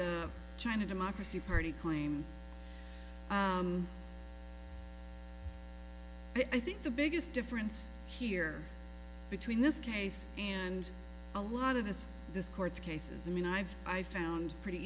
the china democracy party claim that i think the biggest difference here between this case and a lot of this this court's cases i mean i've i found pretty